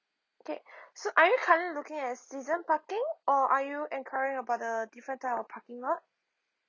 okay so are you currently looking at season parking or are you enquiring about the different type of parking lot